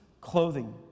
clothing